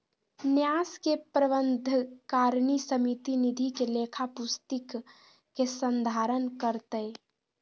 न्यास के प्रबंधकारिणी समिति निधि के लेखा पुस्तिक के संधारण करतय